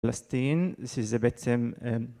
פלסטין, זה בעצם